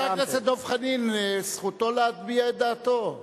חבר הכנסת דב חנין, זכותו להביע את דעתו.